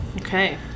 Okay